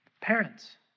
Parents